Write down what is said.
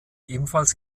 ebenfalls